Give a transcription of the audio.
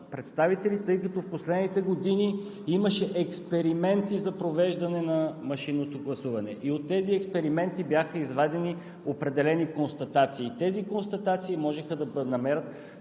представители, тъй като в последните години имаше експерименти за провеждане на машинното гласуване и от тези експерименти бяха изведени определени констатации. Тези констатации можеха да се